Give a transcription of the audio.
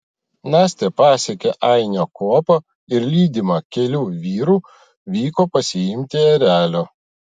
nastė pasiekė ainio kuopą ir lydima kelių vyrų vyko pasiimti erelio